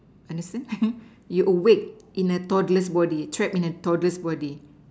understand you awake in a toddler's body trapped in a toddler's body